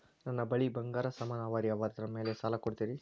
ನನ್ನ ಬಳಿ ಬಂಗಾರ ಸಾಮಾನ ಅವರಿ ಅದರ ಮ್ಯಾಲ ಸಾಲ ಕೊಡ್ತೀರಿ?